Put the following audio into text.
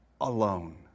alone